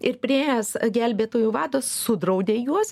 ir priėjęs gelbėtojų vadas sudraudė juos